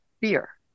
fear